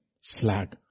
slag